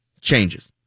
changes